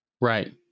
Right